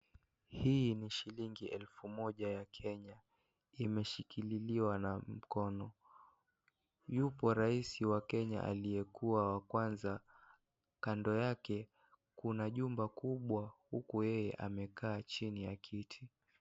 Hii ni shilingi elfu moja ya Kenya. Imeshikililiwa na mkono. Yupo rais wa Kenye aliyekuwa wa kwanza. Kando yake kuna jumba kubwa huku yeye amekaa chini ya kiti.